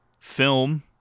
Film